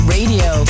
Radio